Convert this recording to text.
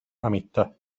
amistad